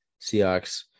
Seahawks